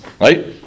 right